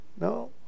No